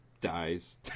dies